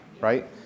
right